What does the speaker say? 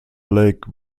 lake